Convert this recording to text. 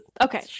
Okay